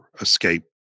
escape